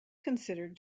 considered